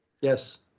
Yes